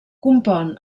compon